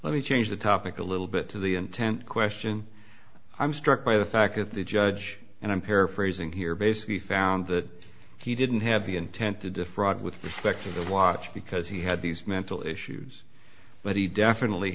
let me change the topic a little bit to the intent question i'm struck by the fact that the judge and i'm paraphrasing here basically found that he didn't have the intent to defraud with respect to the watch because he had these mental issues but he definitely